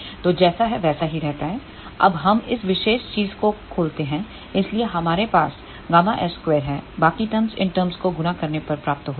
तो जैसा है वैसा ही रहता है अब हम इस विशेष चीज़ को खोलते हैंइसलिए हमारे पास Γs2 हैं बाकी टर्म्स इन टर्म्स को गुणा करने पर प्राप्त होती हैं